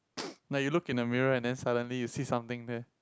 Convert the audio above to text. like you look at the mirror and then suddenly you see something there